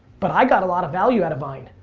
but i got a lot of value out of vine.